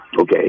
Okay